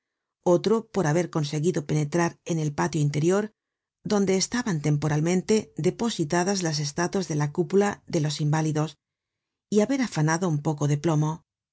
otro por haber conseguido penetrar en el patio interior donde estaban temporalmente depositadas las estatuas de la cúpula de los inválidos y haber afanado un poco de plomo